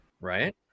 Right